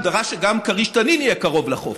הוא דרש שגם כריש ותנין יהיו קרובות לחוף,